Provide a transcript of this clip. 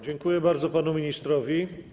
Dziękuję bardzo panu ministrowi.